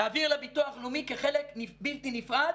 להעביר לביטוח הלאומי כחלק בלתי נפרד